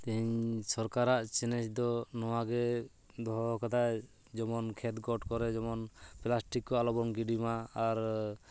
ᱛᱮᱦᱮᱧ ᱥᱚᱨᱠᱟᱨᱟᱜ ᱪᱮᱞᱮᱧᱡᱽ ᱫᱚ ᱱᱚᱣᱟᱜᱮ ᱫᱚᱦᱚᱣ ᱠᱟᱫᱟᱭ ᱡᱮᱢᱚᱱ ᱠᱷᱮᱛ ᱜᱚᱴ ᱠᱚᱨᱮᱫ ᱡᱮᱢᱚᱱ ᱯᱞᱟᱥᱴᱤᱠ ᱠᱚ ᱟᱞᱚᱵᱚᱱ ᱜᱤᱰᱤ ᱢᱟ ᱟᱨ